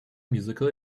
musical